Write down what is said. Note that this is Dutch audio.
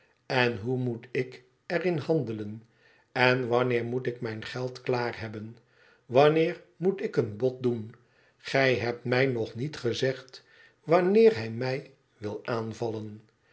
en hoe moet ik er in handelen en wanneer moet ik mijn eld klaar hebben wanneer moet ik een bod doen gij hebt mij nog met gezegd wanneer hij mij wil aanvallen